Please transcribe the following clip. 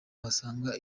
wasanga